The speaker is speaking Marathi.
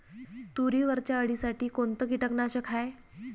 तुरीवरच्या अळीसाठी कोनतं कीटकनाशक हाये?